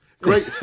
great